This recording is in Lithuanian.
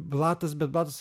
blatas bet blatas